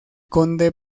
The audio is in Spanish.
conde